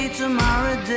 tomorrow